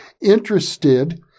interested